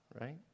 Right